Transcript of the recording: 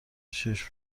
چشم